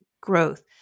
growth